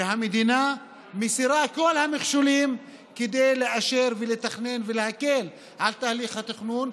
והמדינה מסירה את כל המכשולים כדי לאשר ולתכנן ולהקל על תהליך התכנון.